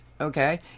okay